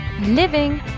living